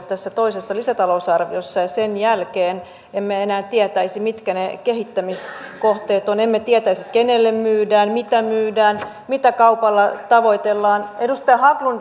tässä toisessa lisätalousarviossa ja sen jälkeen emme enää tietäisi mitkä ne kehittämiskohteet ovat emme tietäisi kenelle myydään mitä myydään mitä kaupalla tavoitellaan edustaja haglundin kysymys